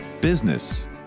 business